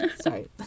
Sorry